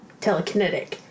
telekinetic